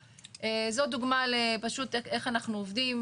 זו דוגמה פשוט לאיך אנחנו עובדים,